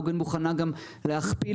עוגן מוכנה גם להכפיל,